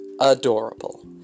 adorable